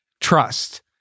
trust